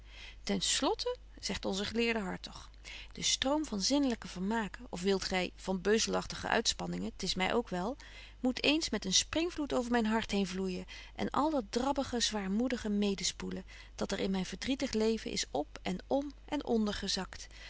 slotte zegt onze geleerde hartog de stroom van zinnelyke vermaken of wilt gy van beuzelagtige uitspanningen t is my ook wel moet eens met een springvloed over myn hart heen vloeijen en al dat drabbige zwaarmoedige mede spoelen dat er in myn verdrietig leven is op en om en ondergezakt